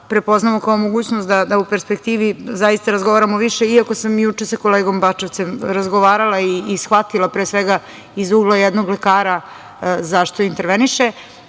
prepoznamo koja je mogućnost da u perspektivi zaista razgovaramo više, iako sam juče sa kolegom Bačevcem razgovarala i shvatila, pre svega, iz ugla jednog lekara zašto interveniše,